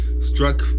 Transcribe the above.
struck